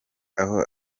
aho